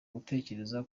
gutekereza